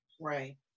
Right